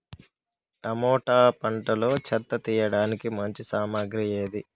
Tomato పంటలో చెత్త తీయడానికి మంచి సామగ్రి ఏది?